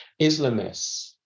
Islamists